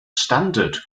standard